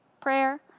Prayer